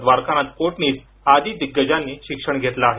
द्वारकानाथ कोटणीस आदी दिग्गजांनी शिक्षण घेतलं आहे